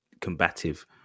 combative